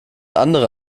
andere